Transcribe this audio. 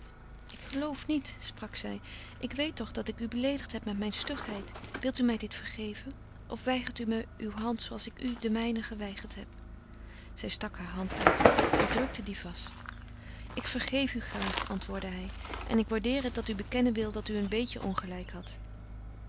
ik geloof niet sprak zij ik weet toch dat ik u beleedigd heb met mijn stugheid wil u mij dit vergeven of weigert u me uw hand zooals ik u de mijne geweigerd heb zij stak haar hand uit hij drukte die vast ik vergeef u graag antwoordde hij en ik waardeer het dat u bekennen wil dat u een beetje ongelijk had